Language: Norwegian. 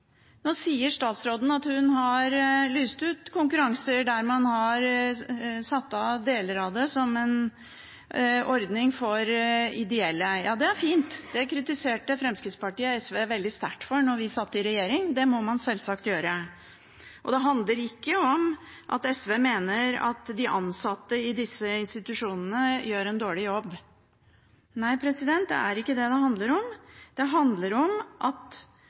Nå sier statsråden at hun har lyst ut konkurranser der man har satt av deler av det til en ordning for ideelle. Ja, det er fint. Det kritiserte Fremskrittspartiet Sosialistisk Venstreparti veldig sterkt for da vi satt i regjering. Det må man sjølsagt gjøre. Det handler ikke om at Sosialistisk Venstreparti mener at de ansatte i disse institusjonene gjør en dårlig jobb. Nei, det er ikke det det handler om. Det handler om at